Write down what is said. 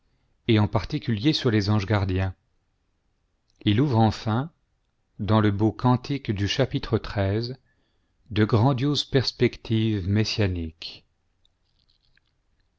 et en particulier sur les anges gardiens il ouvre enfin dans le beau cantique du chap xin de grandioses perspectives messianiques